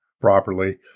properly